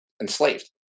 enslaved